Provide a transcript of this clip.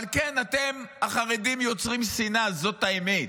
אבל כן, אתם החרדים יוצרים שנאה, זו האמת.